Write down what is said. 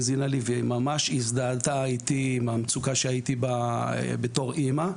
האזינה לי וממש הזדהתה עם המצוקה שהייתי בה בתור אמא.